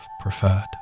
preferred